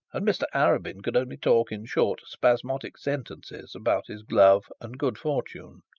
and mr arabin could only talk in short, spasmodic sentences about his love and good fortune.